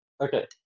Okay